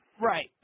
Right